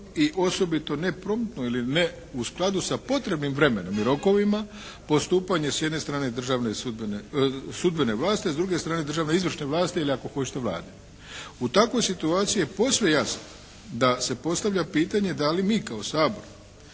i osobito ne promptno ili ne u skladu sa potrebnim vremenom i rokovima, postupanje s jedne strane sudbene vlasti a s druge strane državne izvršne vlasti ili ako hoćete Vlade. U takvoj situaciji je posve jasno da se postavlja pitanje da li mi kao Sabor